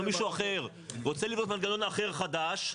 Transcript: מישהו אחר רוצה לבנות מנגנון אחר חדש,